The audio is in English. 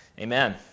Amen